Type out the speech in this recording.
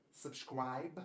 subscribe